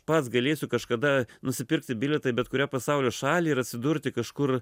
pats galėsiu kažkada nusipirkti bilietą į bet kurią pasaulio šalį ir atsidurti kažkur